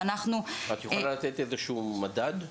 שאנחנו --- את יכולה לתת איזשהו מדד?